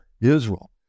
israel